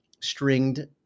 stringed